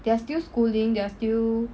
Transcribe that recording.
they are still schooling they are still